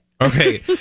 Okay